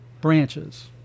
branches